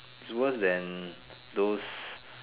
is worse that those